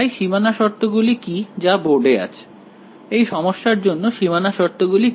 তাই সীমানা শর্তগুলি কি যা বোর্ডে আছে এই সমস্যার জন্য সীমানা শর্তগুলি কি